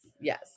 yes